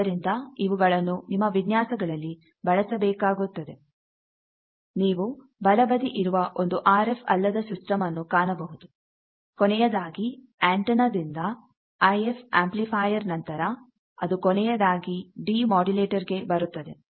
ಅದರಿಂದ ಇವುಗಳನ್ನು ನಿಮ್ಮ ವಿನ್ಯಾಸಗಳಲ್ಲಿ ಬಳಸಬೇಕಾಗುತ್ತದೆ ನೀವು ಬಲಬದಿ ಇರುವ ಒಂದು ಆರ್ ಎಫ್ ಅಲ್ಲದ ಸಿಸ್ಟಮ್ ಅನ್ನು ಕಾಣಬಹುದು ಕೊನೆಯದಾಗಿ ಎಂಟೆನಾ ದಿಂದ ಐ ಎಫ್ ಆಂಪ್ಲಿಫೈಯರ್ ನಂತರ ಅದು ಕೊನೆಯದಾಗಿ ಡಿ ಮೊಡುಲೇಟರ್ ಗೆ ಬರುತ್ತದೆ